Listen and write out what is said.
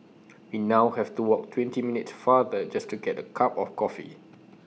we now have to walk twenty minutes farther just to get A cup of coffee